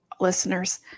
listeners